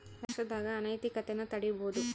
ರಾಷ್ಟ್ರದಾಗ ಅನೈತಿಕತೆನ ತಡೀಬೋದು